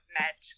met